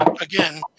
Again